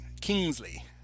Kingsley